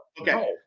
Okay